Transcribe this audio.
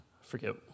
forget